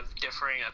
differing